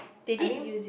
I mean